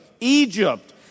Egypt